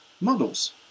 models